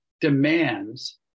demands